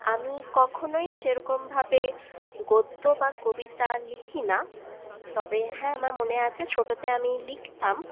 আমি কখনোই সেরকমভাবে গদ্য বা কবিতা লিখি না তবে হ্যাঁ আমার মনে আছে ছোটতে আমি লিখতাম